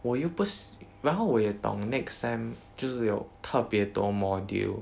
我又不然后我也懂 next sem 就是有特别多 module